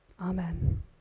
Amen